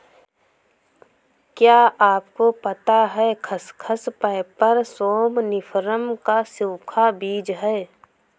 क्या आपको पता है खसखस, पैपर सोमनिफरम का सूखा बीज है?